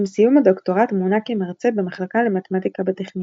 עם סיום הדוקטורט מונה כמרצה במחלקה למתמטיקה בטכניון.